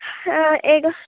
हँ एगो